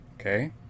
Okay